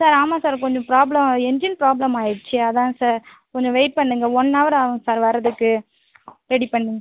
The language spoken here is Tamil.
சார் ஆமாம் சார் கொஞ்சம் பிராப்ளம் என்ஜின் பிராப்ளம் ஆகிடுச்சி அதுதான் சார் கொஞ்சம் வெயிட் பண்ணுங்கள் ஒன் அவர் ஆகும் சார் வரதுக்கு ரெடி பண்ணி